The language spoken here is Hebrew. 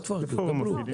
תאמרו.